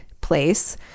place